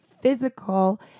physical